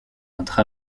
entre